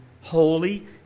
holy